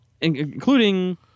including